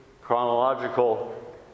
chronological